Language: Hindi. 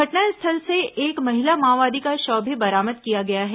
घटनास्थल से एक महिला माओवादी का शव भी बरामद किया गया है